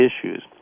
issues